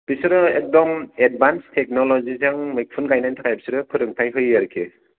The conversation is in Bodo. बिसोरो एकदम एदबानस थेकन'ल'जि जों मैखुन गायनायनि थाखाय बिसोरो फोरोंथाय होयो आरखि